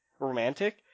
romantic